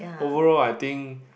overall I think